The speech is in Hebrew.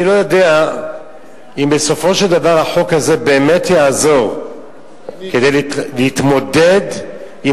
אני לא יודע אם בסופו של דבר החוק הזה באמת יעזור להתמודד עם